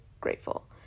grateful